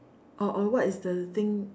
or or what is the thing